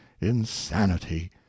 insanity